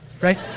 right